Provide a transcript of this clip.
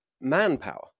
manpower